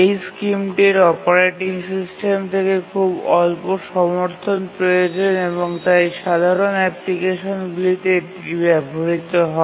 এই স্কিমটির operating system থেকে খুব অল্প সমর্থন প্রয়োজন এবং তাই সাধারণ অ্যাপ্লিকেশনগুলিতে এটি ব্যবহৃত হয়